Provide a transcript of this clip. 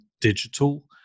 digital